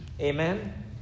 Amen